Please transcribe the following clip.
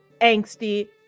angsty